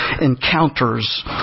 encounters